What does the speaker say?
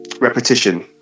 repetition